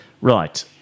Right